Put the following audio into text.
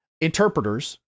interpreters